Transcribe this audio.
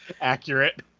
Accurate